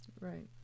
right